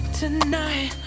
tonight